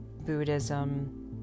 buddhism